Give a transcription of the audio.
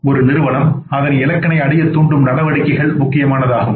ஒரு நிறுவனம் அதன்இலக்குகளைஅடையத் தூண்டும் நடவடிக்கைகள் முக்கியமானது ஆகும்